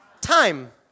time